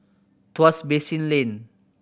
Tuas Basin Lane